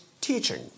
teaching